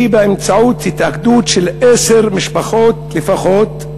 והיא באמצעות התאגדות של עשר משפחות לפחות.